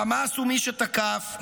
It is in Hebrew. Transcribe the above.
החמאס הוא מי שתקף,